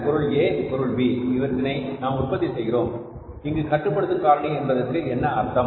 பொருள் A பொருள் B இவற்றினை நாம் உற்பத்தி செய்கிறோம் இங்கு கட்டுப்படுத்தும் காரணி என்பதற்கு என்ன அர்த்தம்